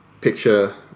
picture